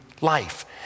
life